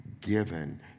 given